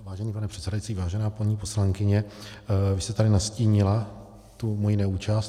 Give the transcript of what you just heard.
Vážený pane předsedající, vážená paní poslankyně, vy jste tady nastínila moji neúčast.